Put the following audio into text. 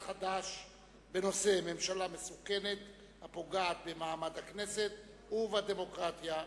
חד"ש בנושא: ממשלה מסוכנת הפוגעת במעמד הכנסת ובדמוקרטיה.